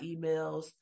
emails